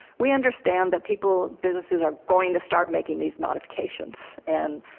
we understand that people, businesses are going to start making these modifications. and,